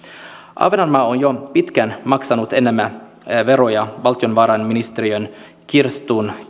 ahvenanmaa on jo pitkään maksanut enemmän veroja valtiovarainministeriön kirstuun